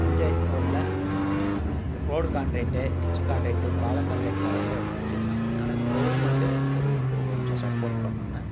பஞ்சாயத்து போர்டுல road contract ditch contract பாலம் contract வேலையெல்லாம் எடுத்து செய்யலாம் ஆனால் கவுர்மெண்ட்டு எங்களுக்கு கொஞ்சம் சப்போர்ட் பண்ணனும்